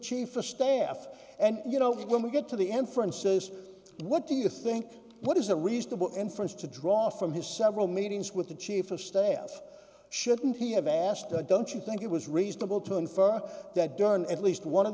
chief of staff and you know when we get to the end for and says what do you think what is a reasonable inference to draw from his several meetings with the chief of staff shouldn't he have asked don't you think it was reasonable to infer that done at least one of